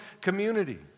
community